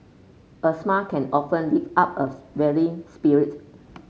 a smile can often lift up a weary spirit